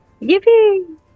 Yippee